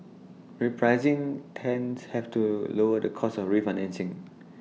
repricing tends have to lower the costs of refinancing